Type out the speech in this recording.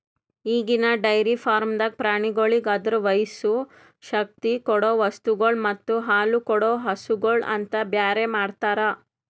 ಈಗಿನ ಡೈರಿ ಫಾರ್ಮ್ದಾಗ್ ಪ್ರಾಣಿಗೋಳಿಗ್ ಅದುರ ವಯಸ್ಸು, ಶಕ್ತಿ ಕೊಡೊ ವಸ್ತುಗೊಳ್ ಮತ್ತ ಹಾಲುಕೊಡೋ ಹಸುಗೂಳ್ ಅಂತ ಬೇರೆ ಮಾಡ್ತಾರ